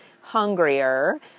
hungrier